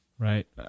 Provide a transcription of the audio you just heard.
Right